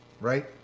right